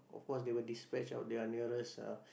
of course they will dispatch out their nearest uh